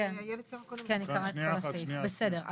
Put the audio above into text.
בסדר,